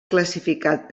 classificat